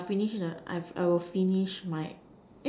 but finish in a I've I will finish my